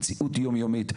זה מציאות יום-יומית.